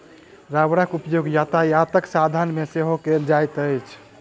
रबड़क उपयोग यातायातक साधन मे सेहो कयल जाइत अछि